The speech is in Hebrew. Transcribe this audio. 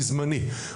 בזמני,